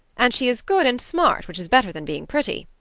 and she is good and smart, which is better than being pretty.